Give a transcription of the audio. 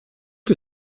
que